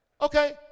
Okay